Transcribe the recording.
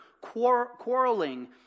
quarreling